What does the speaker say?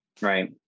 Right